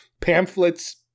pamphlets